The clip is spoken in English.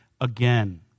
again